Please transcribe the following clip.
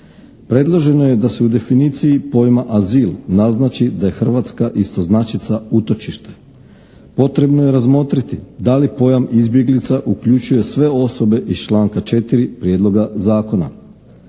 Predloženo je da se u definiciji pojma azil naznači da je Hrvatska istoznačica utočište. Potrebno je razmotriti da li pojam izbjeglica uključuje sve osobe iz članka 4. prijedloga zakona.